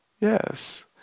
Yes